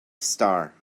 star